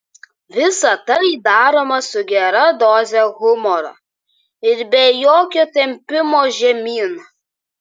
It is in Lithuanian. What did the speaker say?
visa tai daroma su gera doze humoro ir be jokio tempimo žemyn